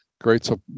Great